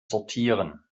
sortieren